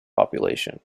population